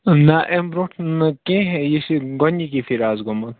نہ امہِ برٛونٛٹھ نہٕ کِہیٖنٛۍ یہِ چھُ گۄڈنِکی پھِرِ از گوٚمُت